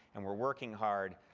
and we're working hard,